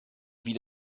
wie